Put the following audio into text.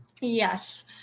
Yes